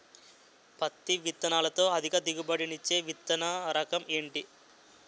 పత్తి విత్తనాలతో అధిక దిగుబడి నిచ్చే విత్తన రకం ఏంటి?